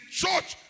church